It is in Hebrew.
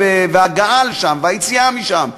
וההגעה לשם והיציאה משם,